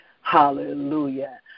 Hallelujah